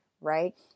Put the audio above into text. right